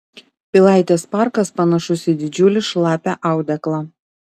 pilaitės parkas panašus į didžiulį šlapią audeklą